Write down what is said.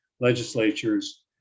legislatures